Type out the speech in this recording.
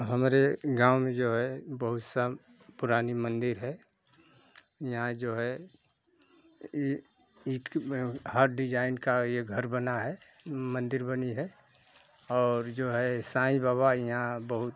हमारे गाँव में जो है बहुत साल पुराने मंदिर हैं यहाँ जो है ईंट के हार्ट डिज़ाइन का यह घर बना है मंदिर बनी है और जो है साईं बाबा यहाँ बहुत